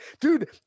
dude